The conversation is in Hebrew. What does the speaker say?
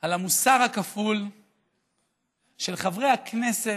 על המוסר הכפול של חברי הכנסת,